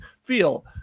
feel